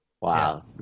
Wow